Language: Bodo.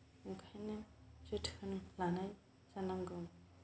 ओंखायनो जोथोन लानाय जानांगौ